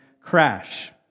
crash